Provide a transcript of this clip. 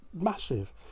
massive